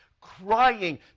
crying